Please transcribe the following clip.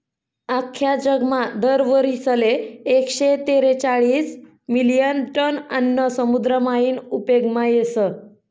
आख्खा जगमा दर वरीसले एकशे तेरेचायीस मिलियन टन आन्न समुद्र मायीन उपेगमा येस